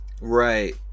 right